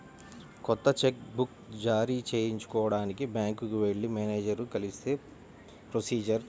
కొత్త cheque book జారీ చేయించుకోడానికి బ్యాంకుకి వెళ్లి మేనేజరుని కలిస్తే ప్రొసీజర్